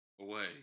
away